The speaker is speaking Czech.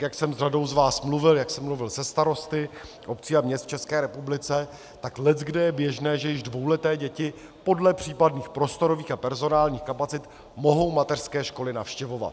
Jak jsem s řadou z vás mluvil, jak jsem mluvil se starosty obcí a měst v České republice, tak leckde je běžné, že již dvouleté děti podle případných prostorových a personálních kapacit mohou mateřské školy navštěvovat.